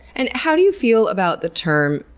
and how do you feel about the term,